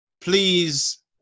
Please